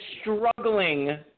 struggling